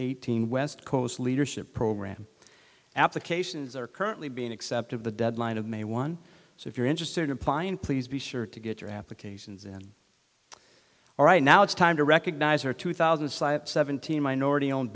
eighteen west coast leadership program applications are currently being accepted the deadline of may one so if you're interested in applying please be sure to get your applications in all right now it's time to recognize her two thousand and seventeen minority owned